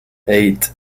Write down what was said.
eight